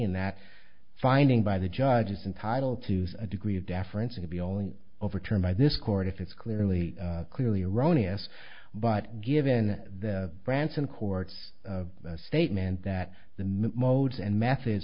in that finding by the judges entitle to a degree of deference and be only overturned by this court if it's clearly clearly erroneous but given the branson court's statement that the mint modes and methods